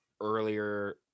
earlier